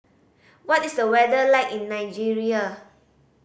what is the weather like in Nigeria